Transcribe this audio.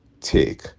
take